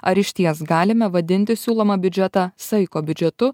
ar išties galime vadinti siūlomą biudžetą saiko biudžetu